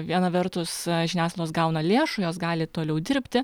viena vertus žiniasklaidos gauna lėšų jos gali toliau dirbti